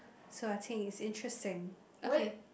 so I think is interesting okay